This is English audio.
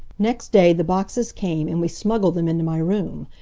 next day the boxes came, and we smuggled them into my room.